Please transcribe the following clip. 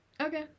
Okay